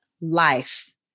life